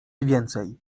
więcej